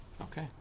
Okay